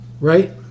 right